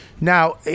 Now